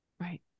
Right